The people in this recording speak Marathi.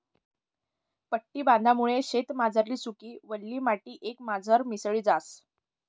पट्टी बांधामुये शेतमझारली सुकी, वल्ली माटी एकमझार मिसळी जास